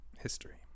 history